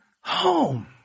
home